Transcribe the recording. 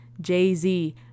Jay-Z